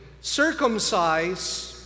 Circumcise